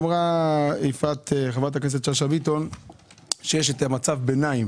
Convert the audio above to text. אמר חברת הכנסת שאשא ביטון שיש מצב ביניים